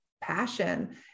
passion